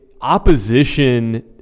opposition